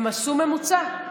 הם עשו ממוצע.